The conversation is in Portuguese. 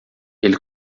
ele